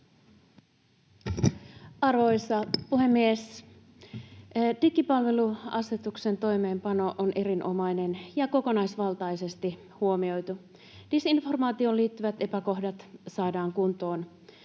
Arvoisa puhemies! Digipalveluasetuksen toimeenpano on erinomainen ja kokonaisvaltaisesti huomioitu. Disinformaatioon liittyvät epäkohdat saadaan kuntoon.